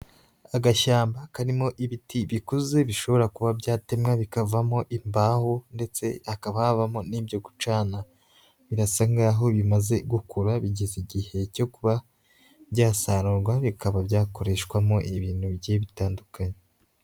Agashyamba karimo ibiti bikuze bishobora kuba byatemwa bikavamo imbaho ndetse hakaba havamo n'ibyo gucana, birasa nk'aho bimaze gukura bigeze igihe cyo kuba byasarurwa, bikaba byakoreshwamo ibintu bigiye bitandukanye.